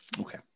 Okay